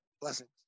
Blessings